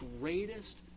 greatest